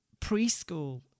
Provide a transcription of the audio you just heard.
preschool